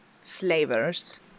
slavers